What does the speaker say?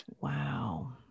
Wow